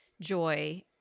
joy